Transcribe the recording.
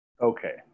Okay